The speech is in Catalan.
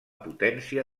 potència